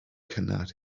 cynnar